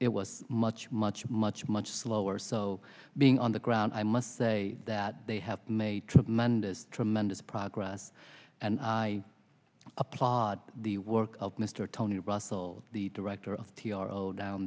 it was much much much much slower so being on the ground i must say that they have made tremendous tremendous progress and i applaud the work of mr tony russell the director of t r o down